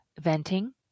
venting